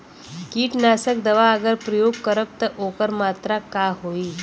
कीटनाशक दवा अगर प्रयोग करब त ओकर मात्रा का होई?